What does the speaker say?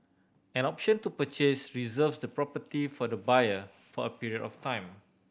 an option to purchase reserves the property for the buyer for a period of time